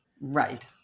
Right